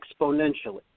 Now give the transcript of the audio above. exponentially